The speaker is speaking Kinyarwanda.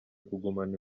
kugumana